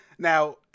Now